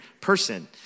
person